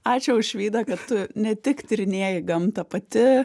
ačiū aušvyde kad tu ne tik tyrinėji gamtą pati